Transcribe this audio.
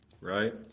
right